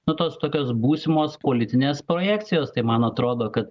na tos tokios būsimos politinės projekcijos tai man atrodo kad